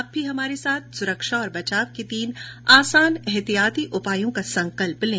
आप भी हमारे साथ सुरक्षा और बचाव के तीन आसान एहतियाती उपायों का संकल्प लें